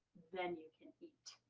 then you can eat.